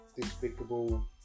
despicable